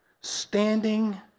standing